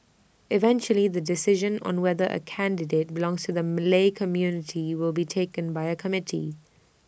eventually the decision on whether A candidate belongs to the Malay community will be taken by A committee